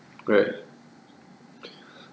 correct